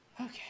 Okay